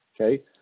okay